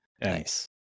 nice